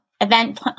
event